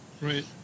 right